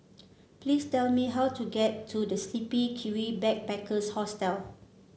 please tell me how to get to The Sleepy Kiwi Backpackers Hostel